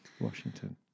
Washington